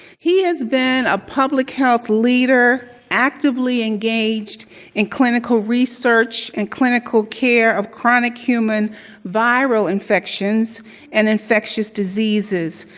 he has been a public health leader, actively engaged in clinical research and clinical care of chronic human viral infections and infectious diseases,